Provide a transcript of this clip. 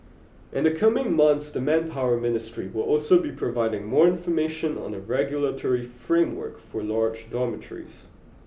in the coming months the Manpower Ministry will also be providing more information on a regulatory framework for large dormitories